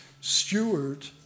steward